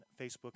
Facebook